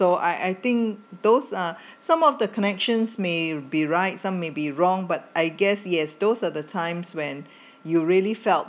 so I I think those are some of the connections may be right some may be wrong but I guess yes those are the times when you really felt